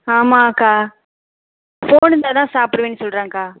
ஆமாம்க்கா phone இருந்தால் தான் சாப்பிடுவேன் சொல்கிறான்க்கா